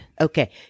okay